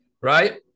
right